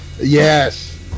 Yes